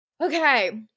Okay